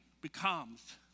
becomes